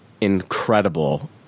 incredible